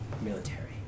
military